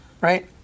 right